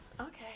Okay